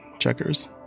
checkers